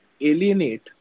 alienate